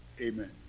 Amen